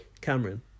Cameron